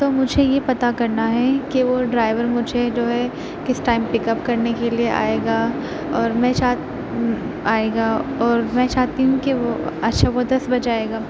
تو مجھے یہ پتا کرنا ہے کہ وہ ڈرائیور مجھے جو ہے کس ٹائم پک اپ کرنے کے لیے آئے گا اور میں آئے گا اور میں چاہتی ہوں کہ وہ اچھا وہ دس بجے آئے گا